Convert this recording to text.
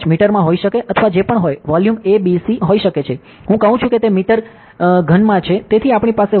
volume abc હોઈ શકે છે હું કહું છું કે તે મીટર3 માં છે તેથી આપણી પાસે વોલ્યુમ છે